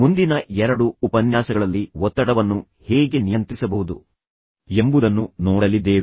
ಮುಂದಿನ ಎರಡು ಉಪನ್ಯಾಸಗಳಲ್ಲಿ ನಾವು ಒತ್ತಡದ ಬಗ್ಗೆ ನೋಡುತ್ತೇವೆ ಮತ್ತು ನಂತರ ನಾವು ಒತ್ತಡವನ್ನು ಹೇಗೆ ನಿಯಂತ್ರಿಸಬಹುದು ಎಂಬುದನ್ನು ನೋಡಲಿದ್ದೇವೆ